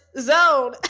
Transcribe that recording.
Zone